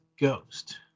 ghost